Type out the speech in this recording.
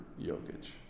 Jokic